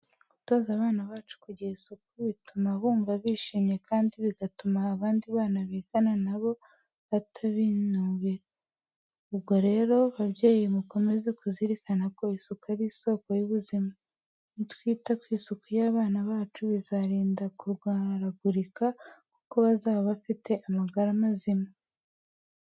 Gutoza abana bacu kugira isuku, bituma bumva bishimye kandi bigatuma abandi bana bigana nabo batabaninura. Ubwo rero babyeyi mukomeze kuzirikana ko isuku ari isoko y'ubuzima. Nitwita ku isuku y'abana bacu bizabarinda kurwaragurika kuko bazaba bafite amagara mazima.